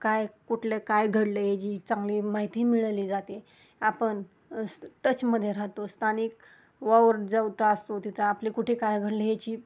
काय कुठलं काय घडलं हेची चांगली माहिती मिळवली जाते आपण टचमध्ये राहतो स्थानिक वावर जवता असतो तिथं आपले कुठे काय घडलं ह्याची